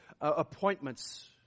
appointments